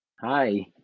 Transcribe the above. hi